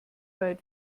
wide